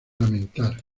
lamentar